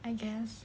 I guess